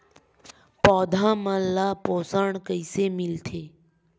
पौधा मन ला पोषण कइसे मिलथे?